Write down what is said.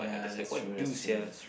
ya that's true that's true that's true